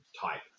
type